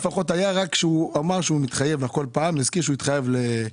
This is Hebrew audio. הייתה רק על זה שהוא הזכיר שהוא התחייב לך.